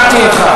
שמעתי אותך.